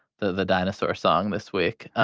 the the dinosaur song this week.